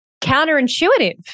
counterintuitive